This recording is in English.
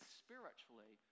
spiritually